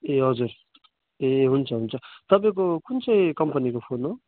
ए हजुर ए हुन्छ हुन्छ तपाईँको कुन चाहिँ कम्पनीको फोन हो